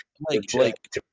Blake